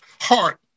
heart